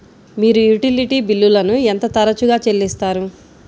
మీరు యుటిలిటీ బిల్లులను ఎంత తరచుగా చెల్లిస్తారు?